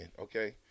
okay